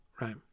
right